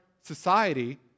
society